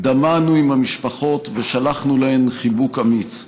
דמענו עם המשפחות ושלחנו להן חיבוק אמיץ.